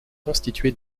constitué